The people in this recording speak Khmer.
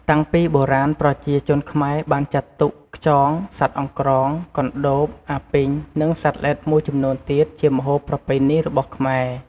តាំងពីបុរាណប្រជាជនខ្មែរបានចាត់ទុកខ្យង សត្វអង្រ្កង កន្តូប អាពីង និងសត្វល្អិតមួយចំនួនទៀតជាម្ហូបប្រពៃណីរបស់ខ្មែរ។